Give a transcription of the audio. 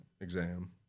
exam